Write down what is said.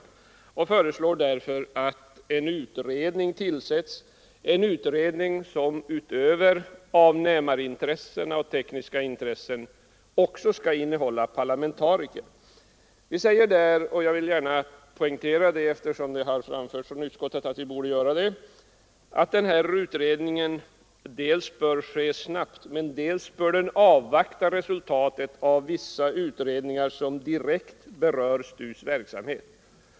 Utskottet föreslår därför att en utredning tillsätts, en utredning där utöver avnämarintressen och tekniska intressen också parlamentariker skall vara företrädda. Vi säger — jag vill gärna poängtera det, eftersom det i utskottet har ansetts att vi borde göra det — att utredningen dels bör arbeta snabbt, dels bör avvakta resultatet av vissa utredningar som direkt berör STU:s verksamhet.